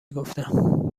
گفتم